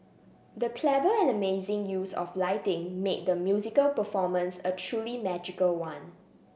the clever and amazing use of lighting made the musical performance a truly magical one